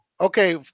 Okay